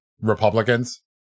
Republicans